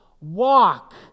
Walk